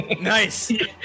Nice